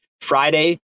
Friday